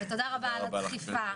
ותודה רבה על הדחיפה,